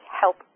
help